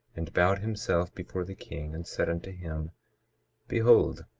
and bowed himself before the king, and said unto him behold,